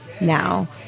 now